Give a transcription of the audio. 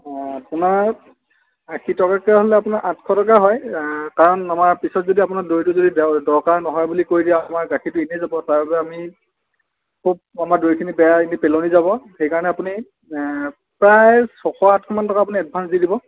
আপোনাৰ আশী টকাকৈ হ'লে আপোনাৰ আঠশ টকা হয় কাৰণ আমাৰ পিছত যদি আপোনাৰ দৈটো যদি দ দৰকাৰ নহয় বুলি কৈ দিয়ে আমাৰ গাখীৰটো এনে যাব তাৰবাবে আমি খুব আমাৰ দৈ খিনি বেয়াই এনে পেলনি যাব সেইকাৰণে আপুনি প্ৰায় ছয়শ সাতশমান টকা আপুনি এডভাঞ্চ দি দিব